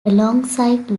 alongside